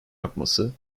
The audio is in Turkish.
yapması